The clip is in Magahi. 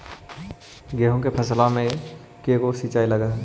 गेहूं के फसल मे के गो सिंचाई लग हय?